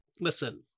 Listen